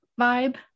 vibe